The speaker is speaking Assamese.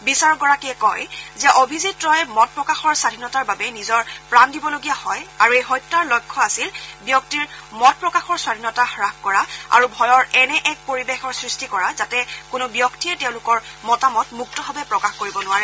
বিচাৰকগৰাকীযে কয় যে অভিজিৎ ৰয়ে মত প্ৰকাশৰ স্বাধীনতাৰ বাবে নিজৰ প্ৰাণ দিবলগীযা হয় আৰু হত্যাৰ লক্ষ্য আছিল ব্যক্তিৰ মত প্ৰকাশৰ স্বধীনতা হাস কৰা আৰু ভয়ৰ এনে এক পৰিৱেশৰ সৃষ্টি কৰা যাতে কোনো ব্যক্তিয়ে তেওঁলোকৰ মতামত মূক্তভাৱে প্ৰকাশ কৰিব নোৱাৰে